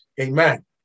Amen